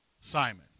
Simon